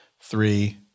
three